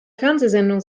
fernsehsendung